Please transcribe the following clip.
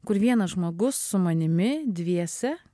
kur vienas žmogus su manimi dviese